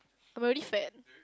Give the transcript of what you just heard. I'm already fat